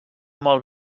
molt